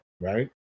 right